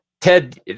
Ted